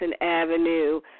Avenue